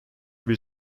bir